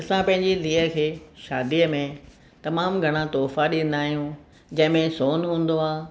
असां पंहिंजी धीउ खे शादीअ में तमामु घणा तुहिफ़ा ॾींदा आहियूं जंहिंमें सोन हूंदो आहे